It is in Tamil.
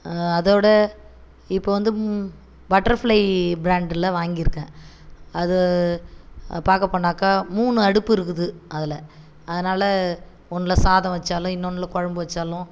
அதோடு இப்போ வந்து பட்டர்ஃபிளை பிராண்ட்டில் வாங்கிருக்க அது பார்க்கப்போனாக்கா மூணு அடுப்பு இருக்குது அதில் அதனால் ஒன்றுல சாதம் வச்சாலும் இன்னொன்றுல குழம்பு வச்சாலும்